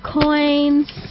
coins